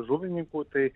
žuvininkų tai